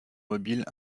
mobiles